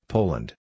Poland